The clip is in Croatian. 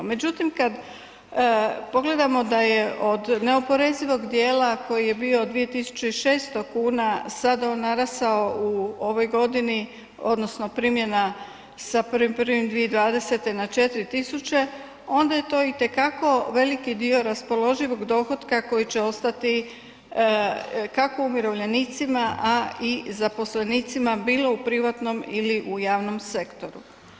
Međutim, kad pogledamo da je od neoporezivog dijela koji je bio 2600 sad on narastao u ovoj godini, odnosno primjena sa 1.1.2020. na 4 tisuće, onda je to itekako veliki dio raspoloživog dohotka koji će ostati, kako umirovljenicima, a i zaposlenicima, bilo u privatnom ili u javnom sektoru.